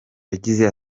yagize